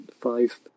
five